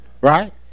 right